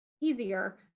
easier